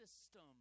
system